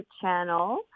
channel